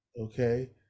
Okay